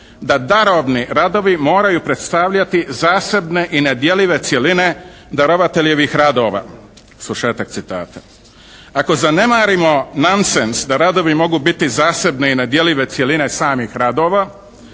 da darovni radovi moraju predstavljati zasebne i nedjeljive cjeline darovateljevih radova.". Ako zanemarimo nonsens da radovi mogu biti zasebne i nedjeljive cjeline samih radova